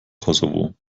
kosovo